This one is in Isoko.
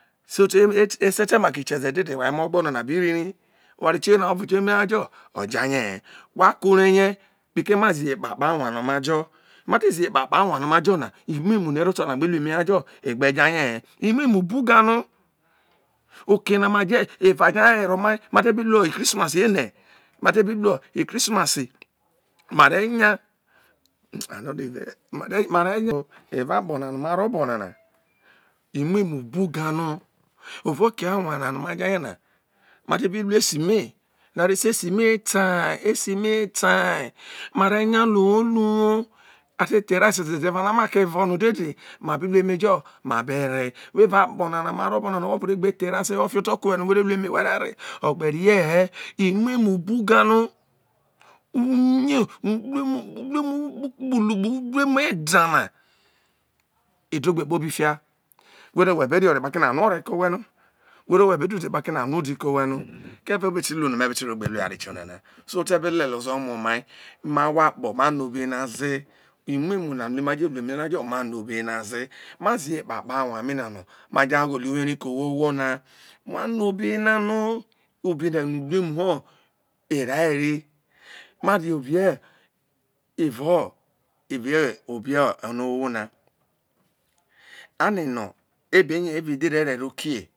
so te ese te mo ki kieze dedere wha emo ogbonana bi ri ri oware tioye an ovo lu me ha jo o na umuemu nọ ero gbe la maha jo jaye he emuemu bu gano okeye na eva je ha were omai mate bi luo i krisimase ene ma te bi ruo ikrisimase mare ya mare mare evao akpo na no maro obo nane, emuemu bu ga no evno oke awa na nọ evuo oke awa na nọ me jọ na ma te bi lu esime nọ ave se esime ta esimeta esimata mare ya luo owho owho ave the erase ze eva na make vono dede ma bi lu eme jọ ma be re evao akpo na nọ maro obo na owho ọ vo re gbe the erase ze wo fro oto ko owho ho no were lu ime were re orie. he emuemu buga no uye ukpukpu la kpu u. eda na eda egbe kpobi fia whero no whe be re ore kpakio anua egbe kpobi fia no, wero no we be da udi kpaki no anua egbe kpobi fia no wero no we be da udi kpa ke no anua di ke owhe no ko eve me ti lu no me te ro luo eware tio nana so ote be. Lelie ozo mu omai ma ahwo akpo manọ obe na ze ma zi he kpo akpo awa mi na no ma je ha wolo uwreri ke owho who na ma no obe na nọ obe u luemuo era eri mari ebo evao obe onowo na. A ne eno ebe nya evao udhere er ero kie